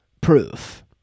proof